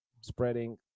spreading